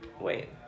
Wait